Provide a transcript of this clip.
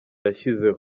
yashyizeho